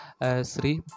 Sri